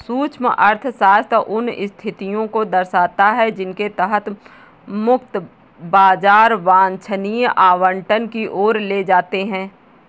सूक्ष्म अर्थशास्त्र उन स्थितियों को दर्शाता है जिनके तहत मुक्त बाजार वांछनीय आवंटन की ओर ले जाते हैं